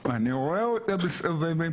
ואני רואה אותם מסתובבים.